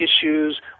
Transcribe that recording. issues